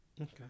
Okay